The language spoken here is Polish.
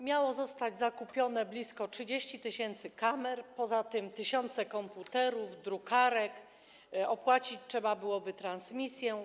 Miało zostać zakupionych blisko 30 tys. kamer, poza tym tysiące komputerów, drukarek, opłacić trzeba byłoby transmisję.